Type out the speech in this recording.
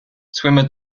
swimmer